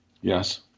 Yes